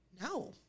no